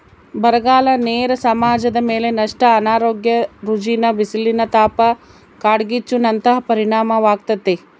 ಬರಗಾಲ ನೇರ ಸಮಾಜದಮೇಲೆ ನಷ್ಟ ಅನಾರೋಗ್ಯ ರೋಗ ರುಜಿನ ಬಿಸಿಲಿನತಾಪ ಕಾಡ್ಗಿಚ್ಚು ನಂತಹ ಪರಿಣಾಮಾಗ್ತತೆ